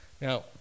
Now